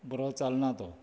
बरो चलना तो